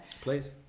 please